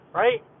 right